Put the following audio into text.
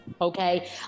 Okay